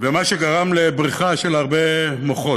מה שגרם לבריחה של הרבה מוחות.